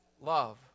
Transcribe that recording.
love